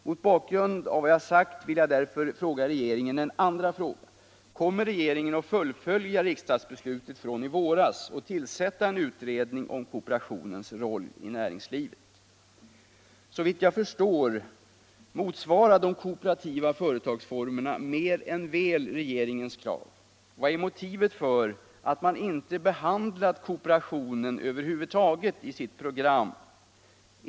Mot bakgrund av vad Jag sagt vill jag därför ställa en andra fråga till regeringen: Kommer regeringen att fullfölja riksdagsbeslutet från i våras att tillsätta en utredning om kooperationens roll i näringstlivet? Sävitt jag förstår motsvarar de kooperativa företagsformerna mer än väl regeringens krav. Vad är motivet till att man inte behandlat kooperationen över huvud taget i sitt program?